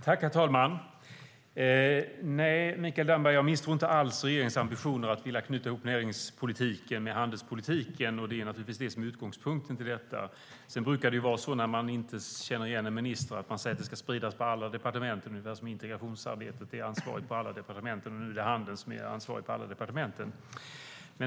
Herr talman! Nej, Mikael Damberg, jag misstror inte alls regeringens ambitioner att vilja knyta ihop näringspolitiken med handelspolitiken. Det är naturligtvis det som är utgångspunkten. Sedan brukar det vara så när man inte känner igen en minister att det sägs att ansvaret ska spridas på alla departement, ungefär som med integrationsarbetet. Nu vilar även ansvaret för handeln på alla departement.